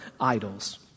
idols